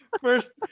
First